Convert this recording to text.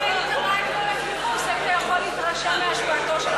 אם היית בא אתמול לכינוס היית יכול להתרשם מהשפעתו של